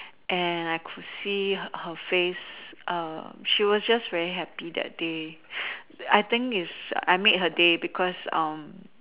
and I could see her face err she was just very happy that day I think it's I made her day because